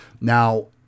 Now